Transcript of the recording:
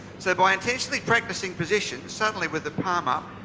so, by intentionally practicing positions suddenly, with the palm up,